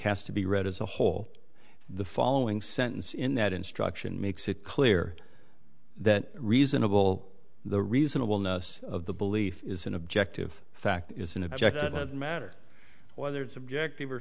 has to be read as a whole the following sentence in that instruction makes it clear that reasonable the reasonable ness of the belief is an objective fact is an objective it doesn't matter whether it's objective or